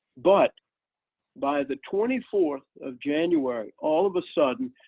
but by the twenty fourth of january, all of a sudden,